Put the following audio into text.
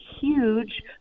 huge